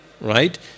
right